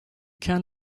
can